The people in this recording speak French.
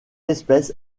espèce